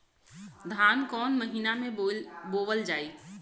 धान कवन महिना में बोवल जाई?